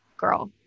girl